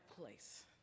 place